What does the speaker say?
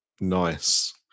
Nice